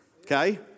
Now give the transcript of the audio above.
Okay